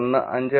1 5